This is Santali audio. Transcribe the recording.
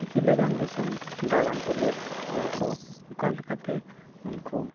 ᱪᱤᱠᱤ ᱞᱟᱹᱜᱤᱫ ᱫᱤᱥᱚᱢ ᱫᱟᱬᱟᱱ ᱛᱩᱞᱩᱡᱽ ᱦᱚᱲᱠᱚ ᱚᱠᱟᱞᱮᱠᱟᱛᱮ ᱩᱱᱠᱩ